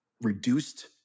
reduced